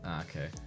okay